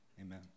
amen